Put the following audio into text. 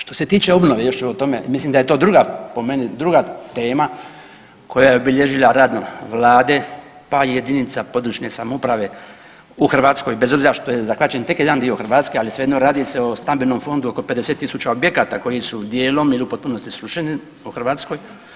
Što se tiče obnove još ćemo o tome, mislim da je to druga, po meni druga tema koja je obilježila rad Vlade, pa i jedinica područne samouprave u Hrvatskoj bez obzira što je zahvaćen tek jedan dio Hrvatske, ali svejedno radi se o stambenom fondu oko 50000 objekata koji su dijelom ili u potpunosti srušeni u Hrvatskoj.